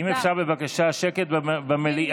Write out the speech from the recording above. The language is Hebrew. אם אפשר, בבקשה, שקט במליאה,